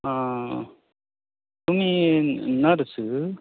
आं आं आं तुमी नर्सं